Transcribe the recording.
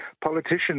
Politicians